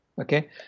okay